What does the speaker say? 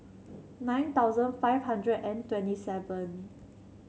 nine thousand five hundred and twenty seven